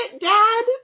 dad